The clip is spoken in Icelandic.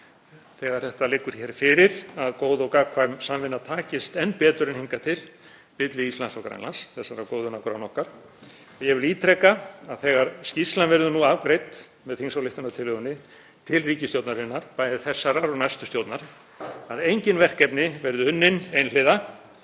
þegar þetta liggur fyrir, að góð og gagnkvæm samvinna takist enn betur en hingað til milli Íslands og Grænlands, þessara góðu nágranna okkar. Ég vil ítreka að þegar skýrslan verður afgreidd með þingsályktunartillögunni til ríkisstjórnarinnar, bæði þessarar og næstu stjórnar, að engin verkefni verði unnin einhliða,